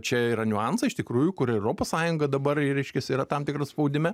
čia yra niuansai iš tikrųjų kur ir europos sąjunga dabar reiškiasi yra tam tikru spaudime